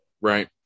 right